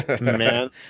man